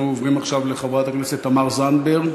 אנחנו עוברים עכשיו לחברת הכנסת תמר זנדברג,